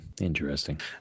Interesting